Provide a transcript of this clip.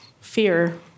fear